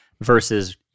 versus